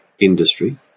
industry